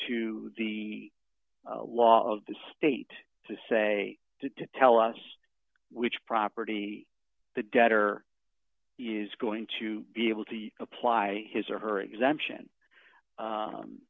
to the law of the state to say tell us which property the debtor is going to be able to apply his or her exemption